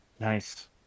Nice